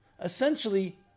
Essentially